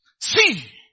see